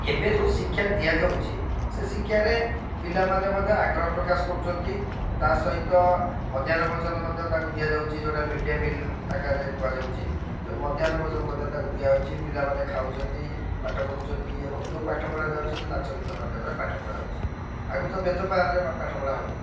ଏବେ ଯୋଉ ଶିକ୍ଷା ଦିଆଯାଉଛି ସେ ଶିକ୍ଷାରେ ପିଲାମାନେ ମଧ୍ୟ ଆଗ୍ରହ ପ୍ରକାଶ କରୁଛନ୍ତି ତା ସହିତ ମଧ୍ୟାହ୍ନ ଭୋଜନ ମଧ୍ୟ ତାଙ୍କୁ ଦିଆଯାଉଛି ଯୋଉଟା ମିଡ଼ ଡ଼େ ମିଲ୍ ଆକାରରେ କୁହାଯାଉଛି ମଧ୍ୟାହ୍ନ ଭୋଜନ ମଧ୍ୟ ତାଙ୍କୁ ଦିଆଯାଉଛି ପିଲାମାନେ ଖାଉଛନ୍ତି ପାଠ ପଢୁଛନ୍ତି ଏବଂ ଯୋଉ ପାଠ ପଢ଼ା ଯାଉଛି ସେ ନାଚଗୀତ ମାଧ୍ୟମରେ ପଠାପଢ଼ା ଯାଉଛି ଆଗରୁ ତ ବେତ ପାହାରରେ ପାଠପଢ଼ା ହେଉଥିଲା